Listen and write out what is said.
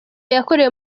yakorewe